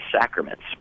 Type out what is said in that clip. sacraments